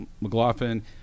McLaughlin